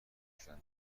شدن